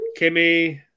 Kimmy